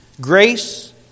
grace